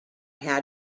had